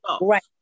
right